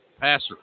passer